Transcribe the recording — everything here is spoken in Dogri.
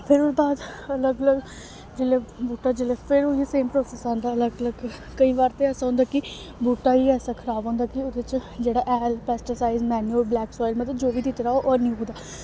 फिर ओह्दे बाद अलग अलग जेल्लै बूह्टा जेल्लै फिर उ'यै सेम प्रोसेस आंदा अलग अलग केईं बार ते ऐसा होंदा कि बूह्टा ई ऐसा खराब होंदा कि ओह्दे च जेह्ड़ा हैल पैस्टीसाइड मनयूर ब्लैक सायल मतलब जो बी दित्ती ओह् हैनी उगदा